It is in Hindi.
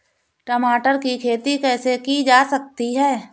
टमाटर की खेती कैसे की जा सकती है?